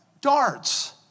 Darts